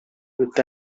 with